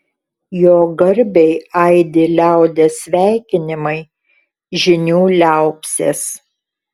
jo garbei aidi liaudies sveikinimai žynių liaupsės